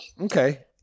Okay